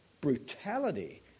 brutality